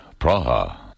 Praha